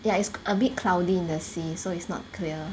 ya it's a bit cloudy in the sea so it's not clear